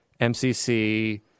MCC